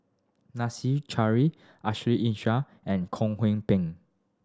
Nadasen Chandra Ashley Isham and Kwek Hong Png